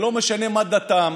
ולא משנה מה דתם,